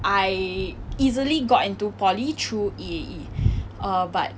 I easily got into poly through E_A_E err but